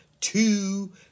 Two